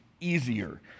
easier